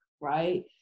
right